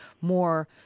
more